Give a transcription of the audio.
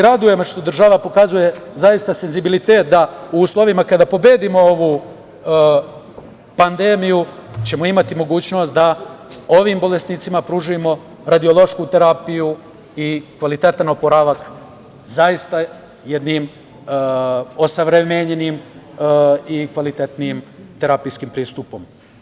Raduje me što država pokazuje zaista senzibilitet, da ćemo u uslovima kada pobedimo ovu pandemiju imati mogućnost da ovim bolesnicima pružimo radiološku terapiju i kvalitetan oporavak zaista jednim osavremenjenim i kvalitetnijim terapijskim pristupom.